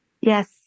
Yes